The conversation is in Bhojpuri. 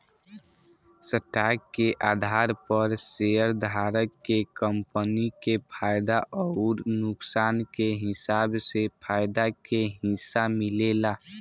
स्टॉक के आधार पर शेयरधारक के कंपनी के फायदा अउर नुकसान के हिसाब से फायदा के हिस्सा मिलेला